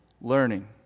learning